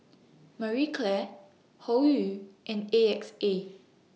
Marie Claire Hoyu and A X A